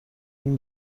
این